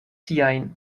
siajn